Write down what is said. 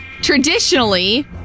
Traditionally